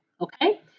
okay